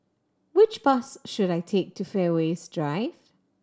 which bus should I take to Fairways Drive